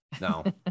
No